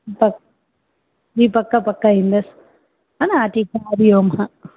हा जी पक पक ईंदसि हा न ठीकु आहे हरि ओम हा